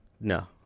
no